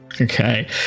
Okay